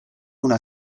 una